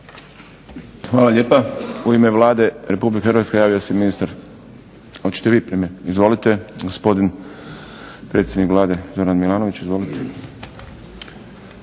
Hvala lijepa. U ime Vlade Republike Hrvatske javio se ministar. Hoćete vi premijeru? Izvolite, gospodin predsjednik Vlade Zoran Milanović.